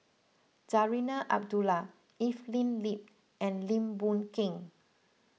Zarinah Abdullah Evelyn Lip and Lim Boon Keng